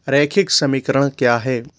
रैखिक समीकरण क्या है